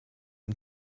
ein